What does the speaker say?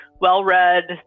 well-read